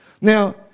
Now